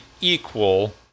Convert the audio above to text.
equal